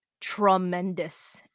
tremendous